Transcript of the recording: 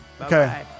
Okay